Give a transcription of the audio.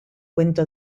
cuento